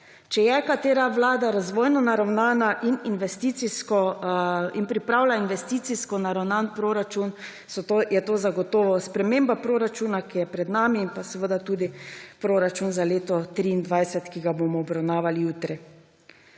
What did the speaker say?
Če je katera vlada razvojno naravnava in pripravlja investicijsko naravnan proračun, je to zagotovo sprememba proračuna, ki je pred nami, in tudi proračun za leto 2023, ki ga bomo obravnavali jutri.